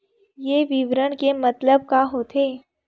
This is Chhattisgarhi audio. ये विवरण के मतलब का होथे?